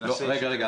--- רגע רגע,